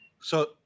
So-